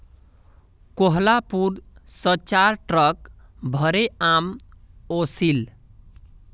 कोहलापुर स चार ट्रक भोरे आम ओसील